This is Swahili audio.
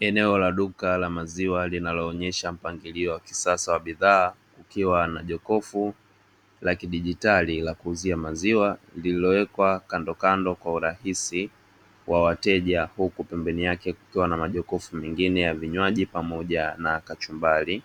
Eneo la duka la maziwa linaloonyesha mpangilio wa kisasa wa bidhaa, kukiwa na jokofu la kidijitali la kuuzia maziwa, lililowekwa kandokando kwa urahisi wa wateja, huku pembeni yake kukiwa na majokofu mengine ya vinywaji pamoja na kachumbali,